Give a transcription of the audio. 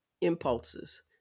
impulses